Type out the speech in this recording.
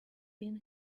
been